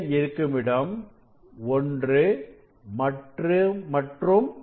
இருக்கும் இடம் I மற்றும் II